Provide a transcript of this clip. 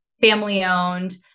family-owned